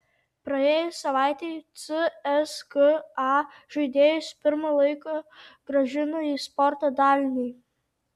praėjus savaitei cska žaidėjus pirma laiko grąžino į sporto dalinį